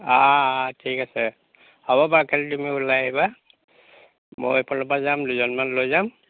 ঠিক আছে হ'ব বাৰু কালি তুমি ওলাই আহিবা মই এইফালৰপৰা যাম দুজনমান লৈ যাম